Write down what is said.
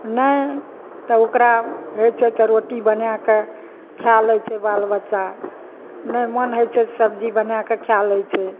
नहि तऽ ओकरा हइ छै तऽ रोटी बनाए कऽ खा लै छै बाल बच्चा नहि मन होइ छै सबजी बनाए कऽ खाए लै छै